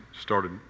started